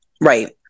Right